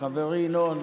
חברי ינון,